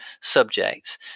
subjects